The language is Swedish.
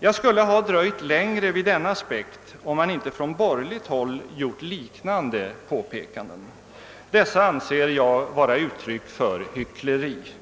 Jag skulle ha dröjt längre vid denna aspekt, om man inte från borgerligt håll gjort liknande påpekanden. Dessa anser jag vara uttryck för hyckleri.